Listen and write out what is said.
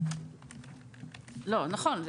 נכון.